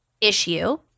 issue